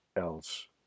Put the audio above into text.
else